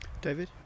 David